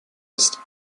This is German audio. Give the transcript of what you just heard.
ist